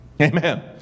Amen